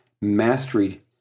mastery